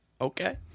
okay